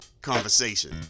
conversation